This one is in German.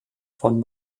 von